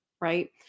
right